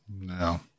No